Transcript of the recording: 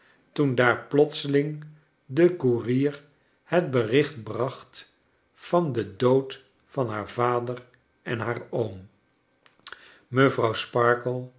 toen daar plotseling de koerier het bericht bracht van den dood van haar vader en haar oorn mevrouw